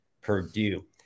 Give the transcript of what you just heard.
Purdue